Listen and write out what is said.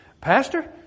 Pastor